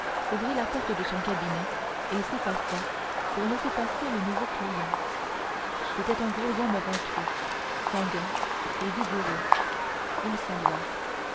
ouvrit la porte de son cabinet et s'effaça pour laisser passer le nouveau client c'était un gros homme ventru sanguin et vigoureux il salua